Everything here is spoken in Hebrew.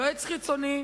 יועץ חיצוני,